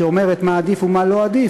שאומרת מה עדיף ומה לא עדיף,